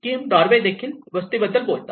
Kim Dovey देखील वस्तीबद्दल बोलतात